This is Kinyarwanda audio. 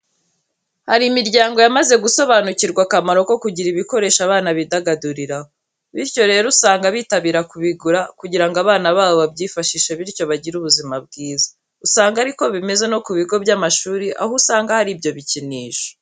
Hari imiryango yamaze gusobanukirwa akamaro ko kugira ibikoresho abana bidagaduriraho. Bityo rero usanga bitabira kubigura kugira ngo abana babo babyifashishe bityo bagire ubuzima bwiza. Usanga ariko bimeze no ku bigo by'amashuri, aho usanga hari ibyo bikinisho.